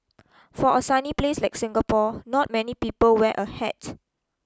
for a sunny place like Singapore not many people wear a hat